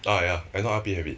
ah ya I know R_P have it